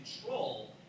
control